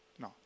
No